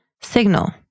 signal